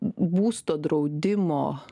būsto draudimo